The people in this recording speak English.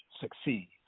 succeed